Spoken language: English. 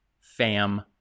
fam